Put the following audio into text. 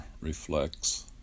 reflects